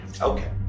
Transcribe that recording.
Okay